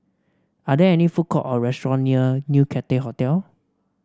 are there any food court or restaurant near New Cathay Hotel